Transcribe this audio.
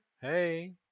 Hey